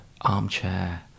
armchair